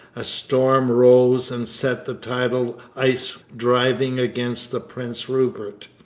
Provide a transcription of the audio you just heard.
a storm rose and set the tidal ice driving against the prince rupert.